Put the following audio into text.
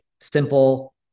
Simple